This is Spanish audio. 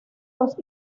los